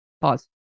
Pause